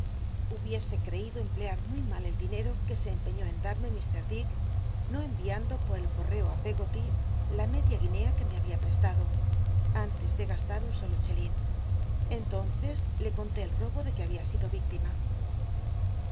hubiese cl'eido emplear muy mal el dinero que se cmpciíó en darme tllr dick no emiando por el cotreo ñ peggoty la medía guinea que me habia prcstádo antes de gastar m solo chelín entonces le conté el robo de que babia sido